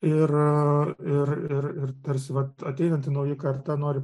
ir ir ir ir tarsi vat ateinanti nauja karta nori